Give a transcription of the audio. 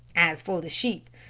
as for the sheep,